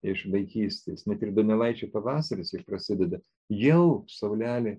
iš vaikystės net ir donelaičio pavasaris juk prasideda jau saulelė